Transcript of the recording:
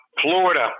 Florida